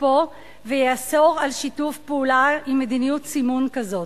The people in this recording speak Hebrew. לתוקפו ויאסור על שיתוף פעולה עם מדיניות סימון כזאת.